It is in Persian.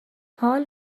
حال